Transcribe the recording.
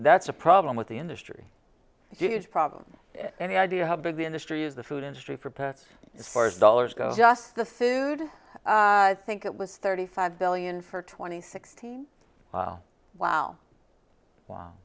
that's a problem with the industry huge problem any idea how big the industry is the food industry for pets the source dollars go just the food i think it was thirty five billion for twenty sixteen well wow wow